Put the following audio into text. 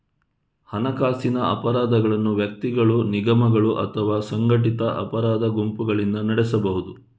ಹಣಕಾಸಿನ ಅಪರಾಧಗಳನ್ನು ವ್ಯಕ್ತಿಗಳು, ನಿಗಮಗಳು ಅಥವಾ ಸಂಘಟಿತ ಅಪರಾಧ ಗುಂಪುಗಳಿಂದ ನಡೆಸಬಹುದು